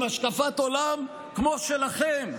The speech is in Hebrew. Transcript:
עם השקפת עולם כמו שלכם,